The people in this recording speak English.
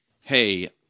hey